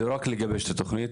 לא רק לגבש את התוכנית,